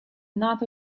not